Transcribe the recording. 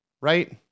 right